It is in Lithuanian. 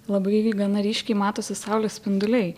labai gana ryškiai matosi saulės spinduliai